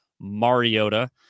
Mariota